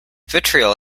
vitriol